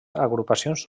agrupacions